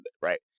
right